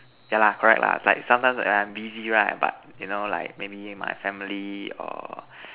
yeah lah correct lah like sometimes when I'm busy right but you know like maybe my family or